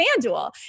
FanDuel